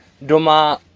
doma